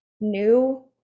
new